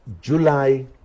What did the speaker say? july